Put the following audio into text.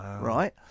Right